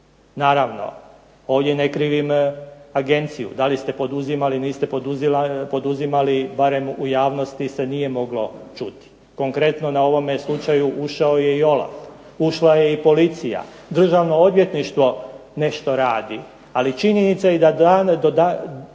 Naravno, ovdje ne krivim agenciju. Da li ste poduzimali ili niste poduzimali barem u javnosti se nije moglo čuti. Konkretno na ovome slučaju ušao je i Olaf, ušla je i policija, Državno odvjetništvo nešto radi, ali činjenica je da do danas